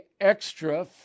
extra